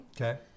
Okay